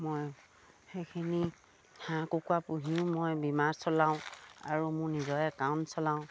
মই সেইখিনি হাঁহ কুকুৰা পুহিও মই বীমাৰ চলাওঁ আৰু মোৰ নিজৰ একাউণ্ট চলাওঁ